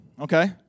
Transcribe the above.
okay